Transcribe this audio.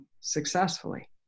successfully